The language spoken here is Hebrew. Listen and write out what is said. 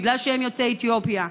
בגלל שהם יוצאי אתיופיה?